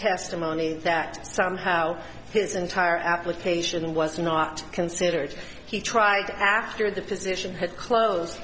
testimony that somehow his entire application was not considered he tried after the position had closed